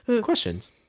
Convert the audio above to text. questions